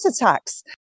attacks